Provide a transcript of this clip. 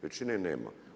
Većine nema.